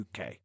UK